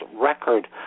record